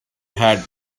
had